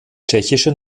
tschechische